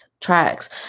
tracks